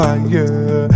Fire